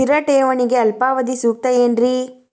ಸ್ಥಿರ ಠೇವಣಿಗೆ ಅಲ್ಪಾವಧಿ ಸೂಕ್ತ ಏನ್ರಿ?